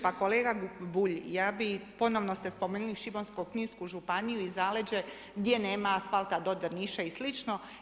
Pa kolega Bulj, ja bih, ponovno ste spomenuli Šibensko-kninsku županiju i zaleđe gdje nema asfalta do Drniša i slično.